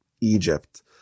Egypt